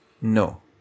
No